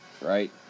right